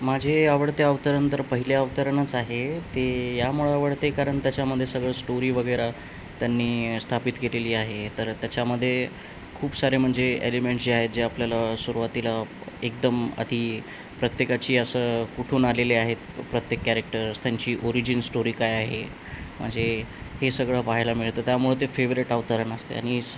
माझे आवडते अवतरण तर पहिले अवतरणच आहे ते यामुळं आवडते कारण त्याच्यामध्ये सगळं स्टोरी वगैरे त्यांनी स्थापित केलेली आहे तर त्याच्यामध्ये खूप सारे म्हणजे एलिमेंट्स जे आहेत जे आपल्याला सुरुवातीला एकदम अति प्रत्येकाची असं कुठून आलेले आहेत प्रत्येक कॅरेक्टर्स त्यांची ओरिजिन स्टोरी काय आहे म्हणजे हे सगळं पाहायला मिळतं त्यामुळं ते फेवरेट अवतरण असते आणि